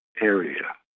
area